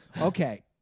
Okay